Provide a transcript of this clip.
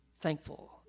thankful